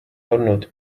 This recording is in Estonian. olnud